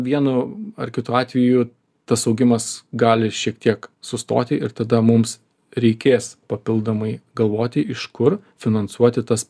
vienu ar kitu atveju tas augimas gali šiek tiek sustoti ir tada mums reikės papildomai galvoti iš kur finansuoti tas